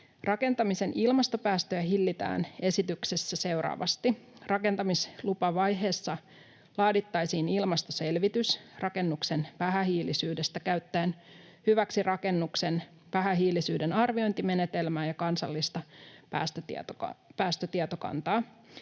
Rakentamisen ilmastopäästöjä hillitään esityksessä seuraavasti: Rakentamislupavaiheessa laadittaisiin ilmastoselvitys rakennuksen vähähiilisyydestä käyttäen hyväksi rakennuksen vähähiilisyyden arviointimenetelmää ja kansallista päästötietokantaa.